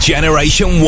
Generation